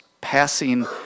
passing